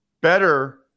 better